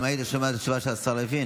אם היית שומע את התשובה של השר לוין,